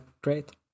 great